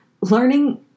learning